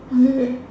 oh really